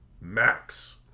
max